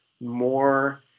more